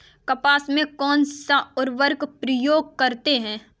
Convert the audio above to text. कपास में कौनसा उर्वरक प्रयोग करते हैं?